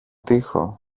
τοίχο